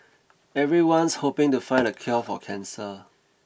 everyone's hoping to find the cure for cancer